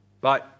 Bye